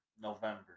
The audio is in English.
November